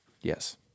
Yes